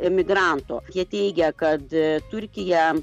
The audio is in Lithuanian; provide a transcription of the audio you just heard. emigrantų jie teigia kad turkija